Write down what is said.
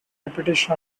reputation